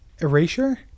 erasure